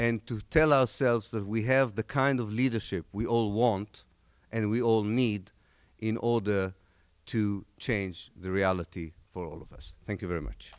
and to tell ourselves that we have the kind of leadership we all want and we all need in order to change the reality for all of us thank you very much